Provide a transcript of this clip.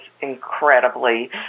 incredibly